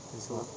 it's not